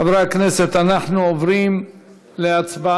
חברי הכנסת, אנחנו עוברים להצבעה.